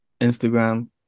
Instagram